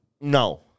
No